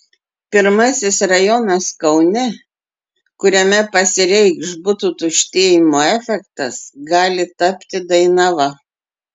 pirmasis rajonas kaune kuriame pasireikš butų tuštėjimo efektas gali tapti dainava